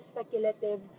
speculative